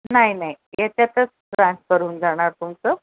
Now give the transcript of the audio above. नाही नाही याच्यातच ट्रान्सफर होऊन जाणार तुमचं